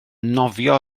nofio